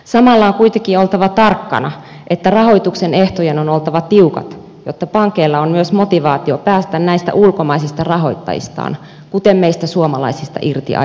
samalla on kuitenkin oltava tarkkana että rahoituksen ehtojen on oltava tiukat jotta pankeilla on myös motivaatio päästä näistä ulkomaisista rahoittajistaan kuten meistä suomalaisista irti ajoissa